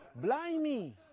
Blimey